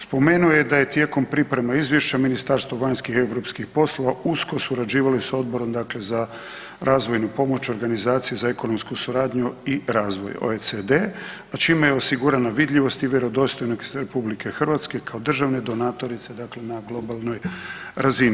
Spomenuo je da je tijekom pripreme izvješća Ministarstvo vanjskih i europskih poslova usko surađivalo i sa Odborom za razvojnu pomoć organizacije za ekonomsku suradnju i razvoj OECD, a čime je osigurana vidljivost i vjerodostojnost RH kao državne donatorice dakle na globalnoj razini.